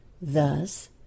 thus